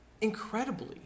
Incredibly